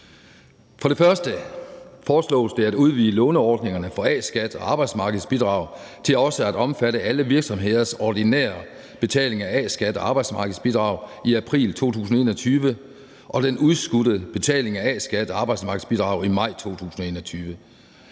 For det første foreslås det at udvide låneordningerne for A-skat og arbejdsmarkedsbidrag til også at omfatte alle virksomheders ordinære betaling af A-skat og arbejdsmarkedsbidrag i april 2021 og den udskudte betaling af A-skat og arbejdsmarkedsbidrag i maj 2021.